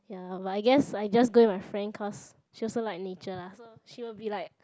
ya but I guess I just go with my friend cause she also like nature lah so she will be like